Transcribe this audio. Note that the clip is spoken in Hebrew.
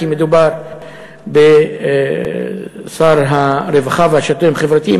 כי מדובר בשר הרווחה והשירותים החברתיים.